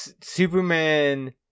Superman